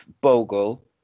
Bogle